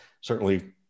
certainly-